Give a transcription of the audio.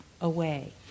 away